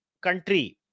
country